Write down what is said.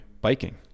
biking